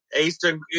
Eastern